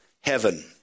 heaven